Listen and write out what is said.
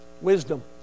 wisdom